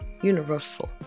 universal